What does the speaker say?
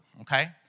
okay